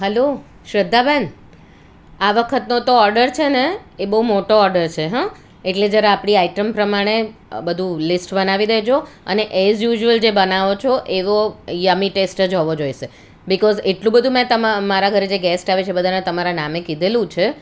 hello Shraddha ben આ વખતનો તો ઓડર છે ને એ બહુ મોટો ઓડર છે હ એટલે જરા આપણી આઈટમ પ્રમાણે બધું લિસ્ટ બનાવી દેજો અને એઝ યુઝયલ જે બનાવો છો એવો યમી ટેસ્ટ જ હોવો જોઈશે બીકોઝ એટલું બધું મેં ત મારા ઘરે જે ગેસ્ટ બધાને તમારા નામે કીધેલું છે